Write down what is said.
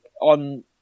on